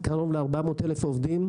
קרוב לארבע מאות אלף עובדים,